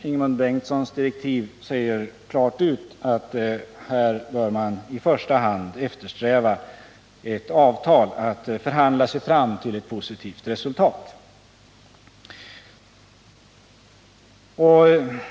Ingemund Bengtssons direktiv säger klart ut att här bör man i första hand eftersträva ett avtal och förhandla sig fram till ett positivt resultat.